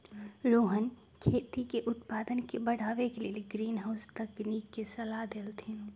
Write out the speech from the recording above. रोहन खेती के उत्पादन के बढ़ावे के लेल ग्रीनहाउस तकनिक के सलाह देलथिन